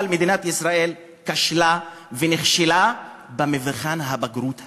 אבל מדינת ישראל כשלה ונכשלה במבחן הבגרות הזה.